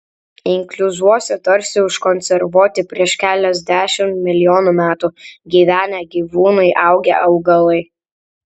inkliuzuose tarsi užkonservuoti prieš keliasdešimt milijonų metų gyvenę gyvūnai augę augalai